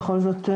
בכל זאת.